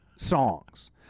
Songs